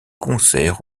concerts